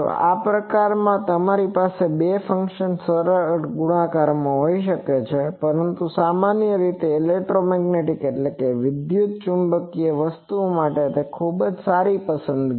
આ પ્રકારમાં તમારી પાસે બે ફંક્શનનો સરળ ગુણાકાર હોઈ શકે છે પરંતુ વધુ સામાન્ય રીતે ઇલેક્ટ્રોમેગ્નેટિકelectromagneticવિદ્યુતચુંબકીય વસ્તુઓ માટે તે ખૂબ જ સારી પસંદગી છે